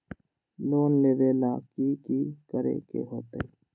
Loan लेबे ला की कि करे के होतई?